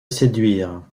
séduire